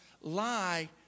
lie